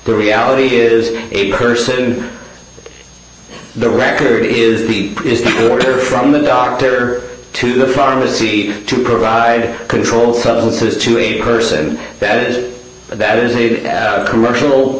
the reality is a person the record is the is the order from the doctor to the pharmacy to provide controlled substances to a person that is a commercial